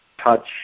touch